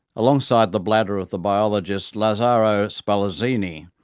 alongside the bladder of the biologist lazzaro spallanzini,